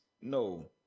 no